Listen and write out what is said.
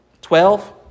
Twelve